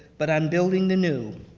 but on building the new.